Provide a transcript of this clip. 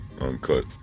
uncut